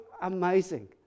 amazing